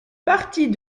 partie